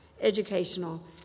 educational